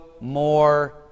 more